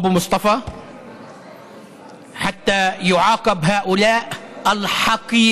לצידו של אבו מוסטפא עד שהשפלים האלה ייענשו,